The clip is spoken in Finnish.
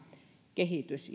kehitys